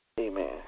Amen